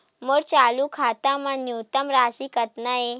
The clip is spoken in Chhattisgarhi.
मोर चालू खाता मा न्यूनतम राशि कतना हे?